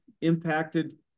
impacted